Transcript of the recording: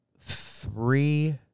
three